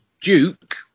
Duke